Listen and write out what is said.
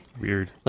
Weird